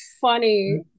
funny